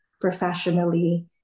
professionally